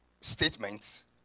statements